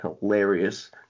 hilarious